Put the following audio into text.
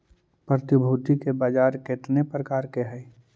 प्रतिभूति के बाजार केतने प्रकार के हइ?